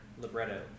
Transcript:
libretto